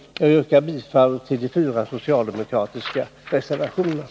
Jag yrkar bifall till de fyra socialdemokratiska reservationerna.